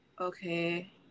okay